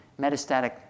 metastatic